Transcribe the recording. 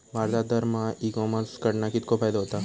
भारतात दरमहा e commerce कडणा कितको फायदो होता?